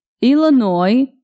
Illinois